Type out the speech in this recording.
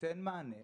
שתיתן מענה?